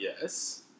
Yes